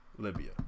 Libya